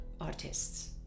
Artists